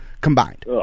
combined